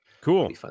cool